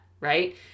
right